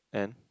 and